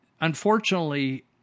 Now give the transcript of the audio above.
unfortunately